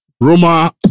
Roma